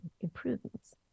improvements